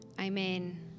amen